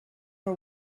her